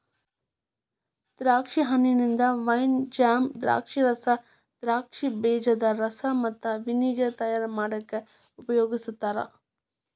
ದ್ರಾಕ್ಷಿ ಹಣ್ಣಿಂದ wine, jam, ದ್ರಾಕ್ಷಿರಸ, ದ್ರಾಕ್ಷಿ ಬೇಜದ ರಸ ಮತ್ತ ವಿನೆಗರ್ ತಯಾರ್ ಮಾಡಾಕ ಉಪಯೋಗಸ್ತಾರ